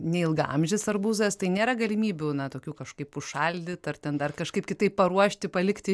neilgaamžis arbūzas tai nėra galimybių na tokių kažkaip užšaldyt ar ten dar kažkaip kitaip paruošti palikti